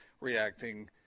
reacting